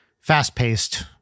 fast-paced